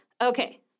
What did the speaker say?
Okay